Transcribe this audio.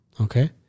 Okay